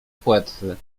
płetwy